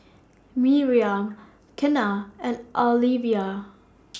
Miriam Kenna and Alyvia